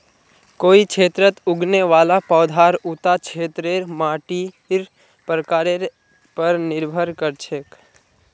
कोई क्षेत्रत उगने वाला पौधार उता क्षेत्रेर मातीर प्रकारेर पर निर्भर कर छेक